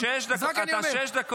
פופוליסט זול.